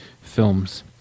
films